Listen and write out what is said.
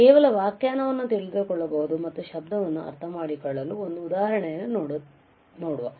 ಕೇವಲ ವ್ಯಾಖ್ಯಾನವನ್ನು ತಿಳಿದುಕೊಳ್ಳಬಹುದು ಮತ್ತು ಶಬ್ದವನ್ನು ಅರ್ಥಮಾಡಿಕೊಳ್ಳಲು ಒಂದು ಉದಾಹರಣೆಯನ್ನು ನೋಡುತ್ತೇವೆ